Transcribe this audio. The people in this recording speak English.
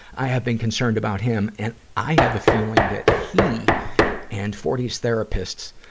i have been concerned about him, and i have a feeling that he and forty s therapist,